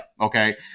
okay